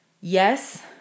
yes